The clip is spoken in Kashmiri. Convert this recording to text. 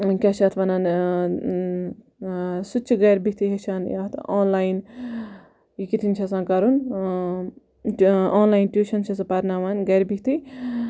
کیاہ چھِ یتھ وَنان سُہ چھُ گَرِ بِہتھی ہیٚچھان یَتھ آن لاین یہِ کِتھ کنۍ چھُ آسان کَرُن آن لاین ٹیوشَن چھُ سُہ پَرناوان گَرِ بِہتے